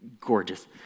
gorgeous